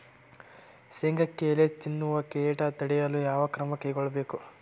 ಶೇಂಗಾಕ್ಕೆ ಎಲೆ ತಿನ್ನುವ ಕೇಟ ತಡೆಯಲು ಯಾವ ಕ್ರಮ ಕೈಗೊಳ್ಳಬೇಕು?